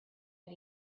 but